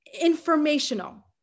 informational